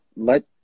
let